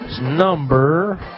number